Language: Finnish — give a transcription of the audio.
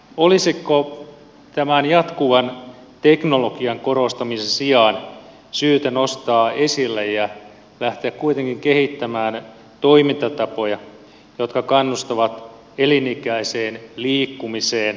olisiko tämän jatkuvan teknologian korostamisen sijaan syytä nostaa esille ja lähteä kuitenkin kehittämään toimintatapoja jotka kannustavat elinikäiseen liikkumiseen